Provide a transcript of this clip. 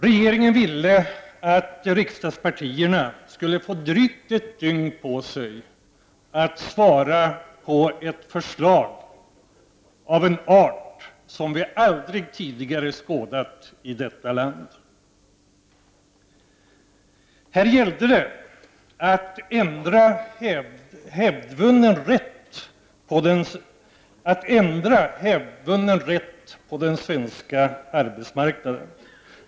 Regeringen ville att riksdagspartierna skulle få drygt ett dygn på sig att svara på ett förslag som var av en art som vi aldrig tidigare skådat i detta land. Här gällde det att ändra hävdvunnen rätt på den svenska arbetsmarknaden.